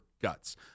Guts